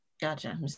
Gotcha